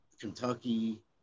Kentucky